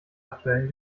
aktuellen